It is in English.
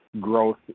growth